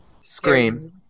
Scream